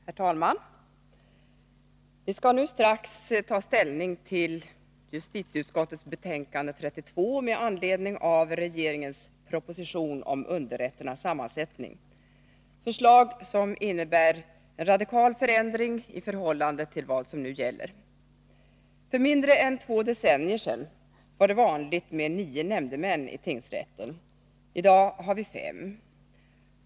Herr talman! Vi skall nu strax ta ställning till justitieutskottets betänkande 32 med anledning av propositionen om underrätternas sammansättning, förslag som innebär en radikal förändring i förhållande till vad som nu gäller. För mindre än två decennier sedan var det vanligt med nio nämndemän i tingsrätten. I dag har vi fem.